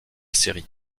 série